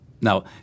Now